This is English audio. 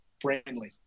friendly